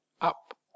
up